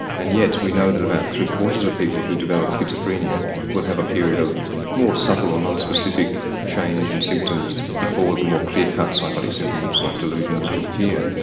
and yet we know that about three-quarters of people who develop schizophrenia will have a period of more subtle or non-specific change in symptoms before more clear-cut psychotic symptoms like delusions would appear.